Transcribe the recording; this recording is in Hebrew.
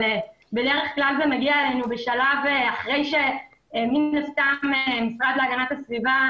אבל בדרך כלל זה מגיע אלינו אחרי שהמשרד להגנת הסביבה